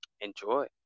enjoy